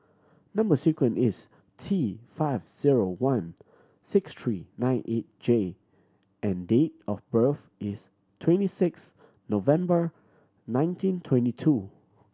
number sequence is T five zero one six three nine eight J and date of birth is twenty six November nineteen twenty two